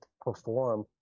perform